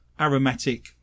aromatic